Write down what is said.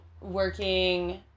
working